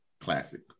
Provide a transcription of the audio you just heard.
Classic